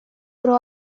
про